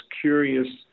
curious